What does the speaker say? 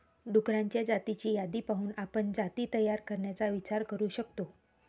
डुक्करांच्या जातींची यादी पाहून आपण जाती तयार करण्याचा विचार करू शकतो